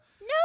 No